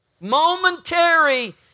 momentary